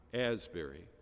Asbury